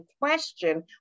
question